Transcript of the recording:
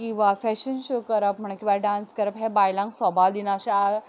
किंवां fashion show करप म्हणा किंवां डांस करप हें बायलांक सोबा दिना अशें